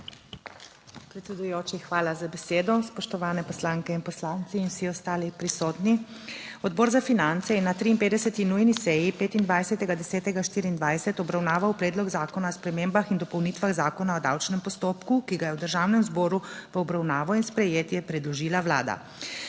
Predsedujoči, hvala za besedo. Spoštovane poslanke in poslanci in vsi ostali prisotni. Odbor za finance je na 53. nujni seji 25. 10. 24 obravnaval Predlog zakona o spremembah in dopolnitvah Zakona o davčnem postopku, ki ga je v Državnem zboru v obravnavo in sprejetje predložila Vlada.